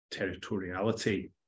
territoriality